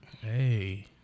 Hey